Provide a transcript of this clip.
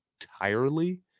entirely